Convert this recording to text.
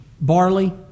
barley